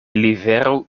liveru